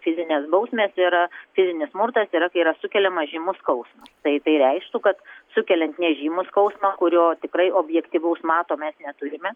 fizinės bausmės yra fizinis smurtas yra kai yra sukeliamas žymus skausmas tai tai reikštų kad sukeliant nežymų skausmą kurio tikrai objektyvaus mato mes neturime